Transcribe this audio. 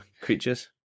creatures